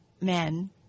men